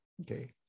Okay